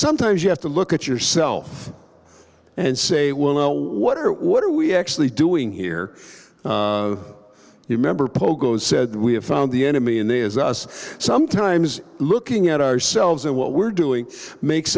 sometimes you have to look at yourself and say well know what or what are we actually doing here you remember pogos said we have found the enemy and they is us sometimes looking at ourselves and what we're doing makes